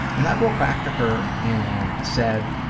and i wrote back to her and said,